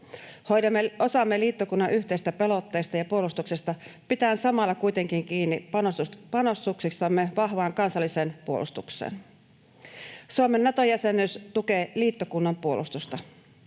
osamme liittokunnan yhteisestä pelotteesta ja puolustuksesta pitäen samalla kuitenkin kiinni panostuksistamme vahvaan kansalliseen puolustukseen. Suomen Nato-jäsenyys tukee liittokunnan puolustusta.